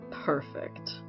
Perfect